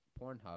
Pornhub